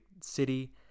city